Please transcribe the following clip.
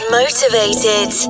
motivated